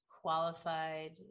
qualified